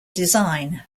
design